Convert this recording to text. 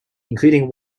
including